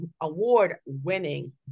award-winning